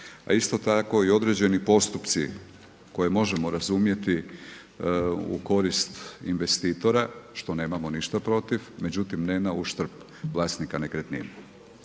a isto tako i određeni postupci koje možemo razumjeti u korist investitora, što nemamo ništa protiv međutim ne na uštrb vlasnika nekretnine.